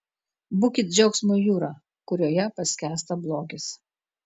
būkit džiaugsmo jūra kurioje paskęsta blogis